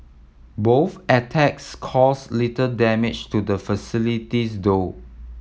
both attacks caused little damage to the facilities though